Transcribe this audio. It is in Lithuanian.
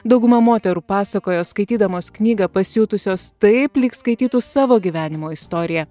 dauguma moterų pasakojo skaitydamos knygą pasijutusios taip lyg skaitytų savo gyvenimo istoriją